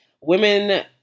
Women